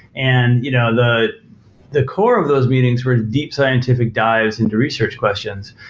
and you know the the core of those meetings were deep scientific dives into research questions.